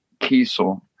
Kiesel